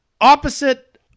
opposite